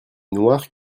noires